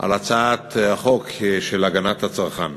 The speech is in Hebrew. על הצעת החוק של הגנת הצרכן.